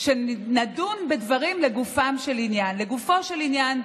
הוא לדון בדברים לגופם, לגופו של עניין.